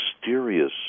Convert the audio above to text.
mysterious